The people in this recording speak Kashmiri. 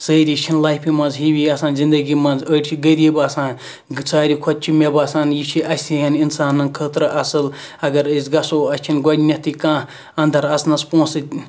سٲری چھِنہٕ لایفہِ مَنٛز ہِوی آسان زِندَگی مَنٛز أڑۍ چھِ غریب آسان ساروےٚ کھۄتہٕ چھُ مےٚ باسان یہِ چھُ اَسہِ ہِوین اِنسانَن خٲطرٕ اَصل اَگَر أسۍ گَژھو اَسہِ چھَنہٕ گۄڈنیتھے کانٛہہ اَندَر اَژنَس پونٛسہٕ